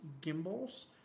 gimbals